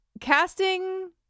Casting